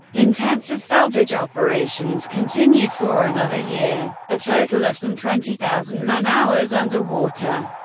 intensive salvage operations continued for another year, a total of some twenty thousand man-hours under water.